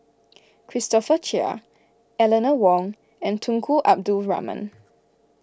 Christopher Chia Eleanor Wong and Tunku Abdul Rahman